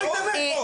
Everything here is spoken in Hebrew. אל תגיד לי לעוף.